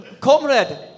Comrade